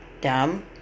dumb